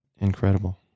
Incredible